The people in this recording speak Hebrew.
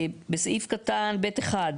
בסעיף קטן (ב)(1),